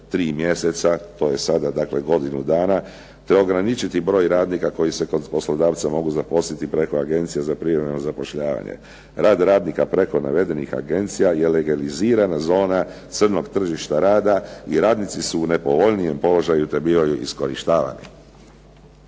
3 mjeseca, to je sada godinu dana, te ograničiti broj radnika koji se kod poslodavca mogu zaposliti preko agencije za privremeno zapošljavanje. Rad radnika preko navedenih agencija je legalizirana zona crnog tržišta rada i radnici su u nepovoljnijem položaju te bivaju iskorištavani.